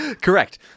Correct